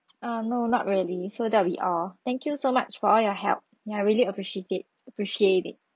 err no not really so that'll be all thank you so much for all your help I really appreciate it appreciate it